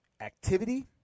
activity